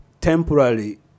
temporarily